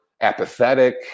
apathetic